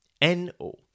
N-O